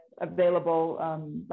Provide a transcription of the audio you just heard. available